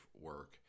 work